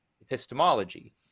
epistemology